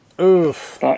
Oof